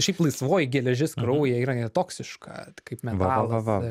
šiaip laisvoji geležis kraujyje yra net toksiška kaip metalas